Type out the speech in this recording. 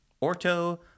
orto